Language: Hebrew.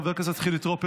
חברת הכנסת מיכל שיר סגמן,